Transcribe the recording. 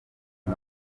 y’u